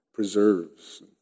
preserves